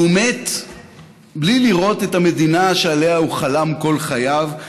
והוא מת בלי לראות את המדינה שעליה הוא חלם כל חייו.